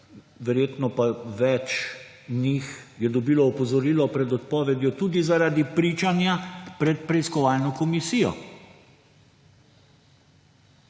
verjetno pa več njih je dobilo opozorilo pred odpovedjo tudi zaradi pričanja pred preiskovalno komisijo.